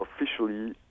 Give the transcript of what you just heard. officially